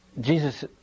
Jesus